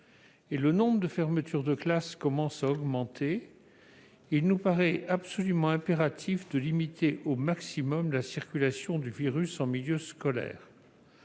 et le nombre de fermetures de classes commence à augmenter. Or il nous paraît absolument impératif de limiter au maximum la circulation du virus en milieu scolaire.